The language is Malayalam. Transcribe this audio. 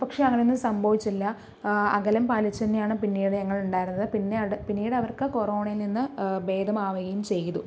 പക്ഷെ അങ്ങനെയൊന്നും സംഭവിച്ചില്ല അകലം പാലിച്ച് തന്നെയാണ് പിന്നീട് ഞങ്ങൾ ഉണ്ടായിരുന്നത് പിന്നെ പിന്നീട് അവർക്ക് കോറോണയിൽ നിന്ന് ഭേദമാകുകയും ചെയ്തു